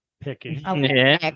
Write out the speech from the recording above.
Picking